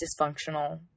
dysfunctional